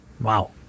Wow